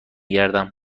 گردم